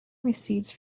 receipts